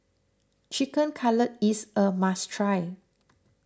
Chicken Cutlet is a must try